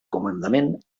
comandament